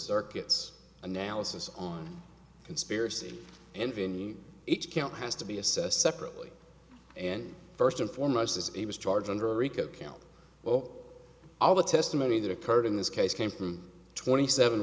circuits analysis on conspiracy and vinnie each count has to be assessed separately and first and foremost as he was charged under reka count well all the testimony that occurred in this case came from twenty seven